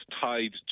tied